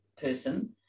person